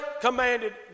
commanded